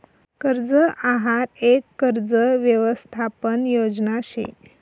कर्ज आहार यक कर्ज यवसथापन योजना शे